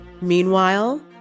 Meanwhile